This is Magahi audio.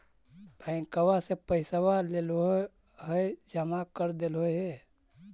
बैंकवा से पैसवा लेलहो है जमा कर देलहो हे?